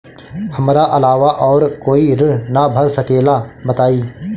हमरा अलावा और कोई ऋण ना भर सकेला बताई?